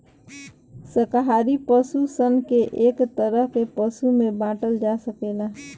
शाकाहारी पशु सन के एक तरह के पशु में बाँटल जा सकेला